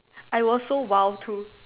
I was so wild too